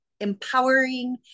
empowering